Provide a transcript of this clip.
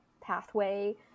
pathway